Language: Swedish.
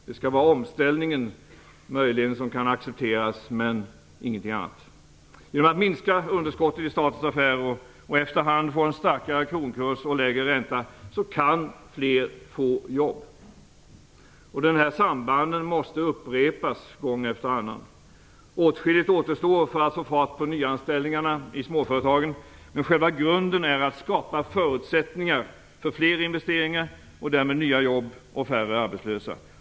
Det skall möjligen vara omställningen som kan accepteras men ingenting annat. Genom ett minskat underskott i statens affärer och efterhand en starkare kronkurs och lägre ränta kan fler få jobb. Dessa samband måste upprepas gång efter annan. Åtskilligt återstår för att få fart på nyanställningarna i småföretagen. Men själva grunden är att skapa förutsättningar för fler investeringar och därmed nya jobb och färre arbetslösa.